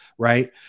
Right